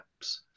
apps